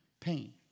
pain